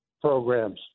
programs